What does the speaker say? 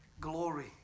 glory